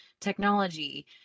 technology